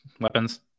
weapons